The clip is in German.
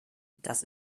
das